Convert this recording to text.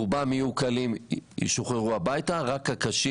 רובם יהיו נפגעים קלים וישוחררו הביתה ורק הנפגעים הקשים